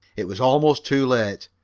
it was almost too late.